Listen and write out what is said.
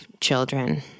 children